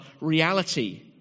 reality